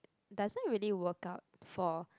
doesn't really work out for